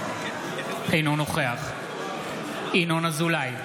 אינו נוכח ינון אזולאי,